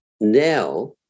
Now